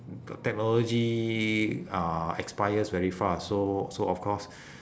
the technology uh expires very fast so so of course